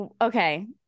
okay